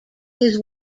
his